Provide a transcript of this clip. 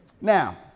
Now